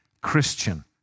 Christian